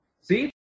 See